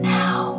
now